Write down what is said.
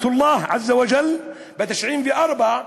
להלן תרגומן: עליו קללת אלוהים יתרומם ויתעלה) ב-1994,